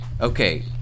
okay